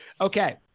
Okay